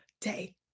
day